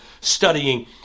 studying